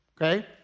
Okay